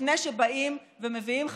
לפני שבאים ומביאים חקיקה.